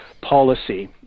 policy